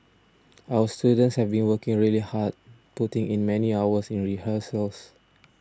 our students have been working really hard putting in many hours in rehearsals